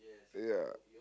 ya